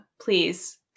please